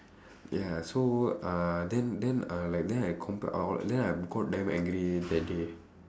ya so uh then then uh like then I comp~ uh what then I got damn angry that day